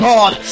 God